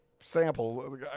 sample